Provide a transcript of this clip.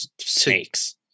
snakes